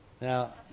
Now